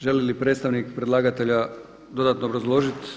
Želi li predstavnik predlagatelja dodatno obrazložiti?